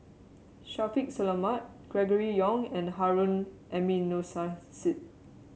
Shaffiq Selamat Gregory Yong and Harun Aminurrashid